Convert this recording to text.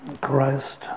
Christ